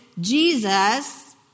Jesus